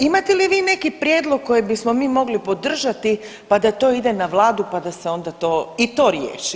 Imate li vi neki prijedlog koji bismo mi mogli podržati pa da to ide na Vladu, pa da se onda i to riješi.